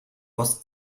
aus